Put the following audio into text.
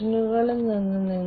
industry 4